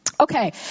Okay